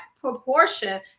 proportion